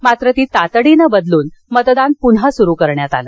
मात्र ती तातडीनं बदलून मतदान पुन्हा सुरू करण्यात आलं